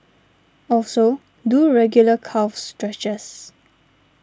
also do regular calf stretches